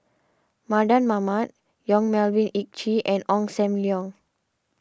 Mardan Mamat Yong Melvin Yik Chye and Ong Sam Leong